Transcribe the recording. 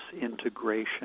integration